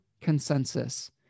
consensus